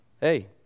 hey